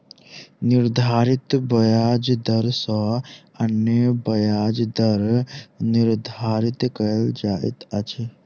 निर्धारित ब्याज दर सॅ अन्य ब्याज दर निर्धारित कयल जाइत अछि